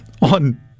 on